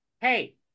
hey